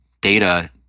data